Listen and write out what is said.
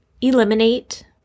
eliminate